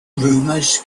rumours